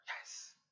Yes